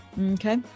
okay